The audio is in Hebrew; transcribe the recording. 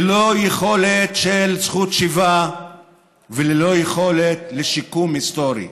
ללא יכולת של זכות שיבה וללא יכולת לשיקום היסטורי.